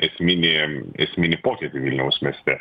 esminį esminį pokytį vilniaus mieste